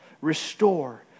restore